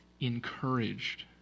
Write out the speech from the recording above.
encouraged